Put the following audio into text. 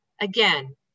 Again